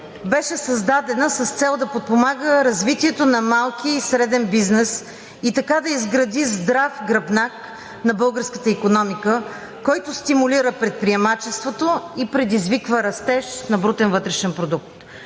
беше създаден с цел да подпомага развитието на малкия и среден бизнес и така да изгради здрав гръбнак на българската икономика, който стимулира предприемачеството и предизвиква растеж на брутен вътрешен продукт.